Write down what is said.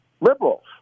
liberals